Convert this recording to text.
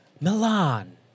Milan